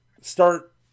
start